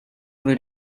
will